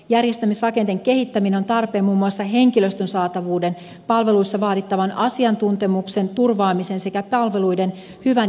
järjestämisrakenteen kehittäminen on tarpeen muun muassa henkilöstön saatavuuden palveluissa vaadittavan asiantuntemuksen turvaamisen sekä palveluiden hyvän järjestämisen kannalta